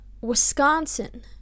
Wisconsin